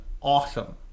awesome